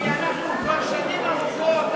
כי אנחנו כבר שנים ארוכות,